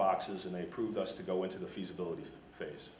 boxes and they proved us to go into the feasibility